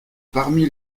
parmi